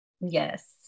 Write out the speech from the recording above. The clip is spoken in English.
Yes